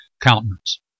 countenance